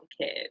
kids